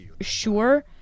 sure